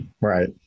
Right